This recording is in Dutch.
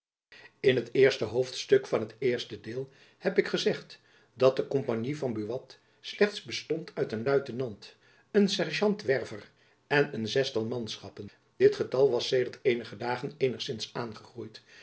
in het eerste hoofdstuk van het eerste deel heb ik gezegd dat de kompagnie van buat slechts bestond uit een luitenant een sergeant werver en een zestal manschappen dit getal was sedert eenige dagen eenigzins aangegroeid